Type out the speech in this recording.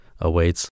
awaits